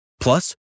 Plus